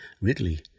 Ridley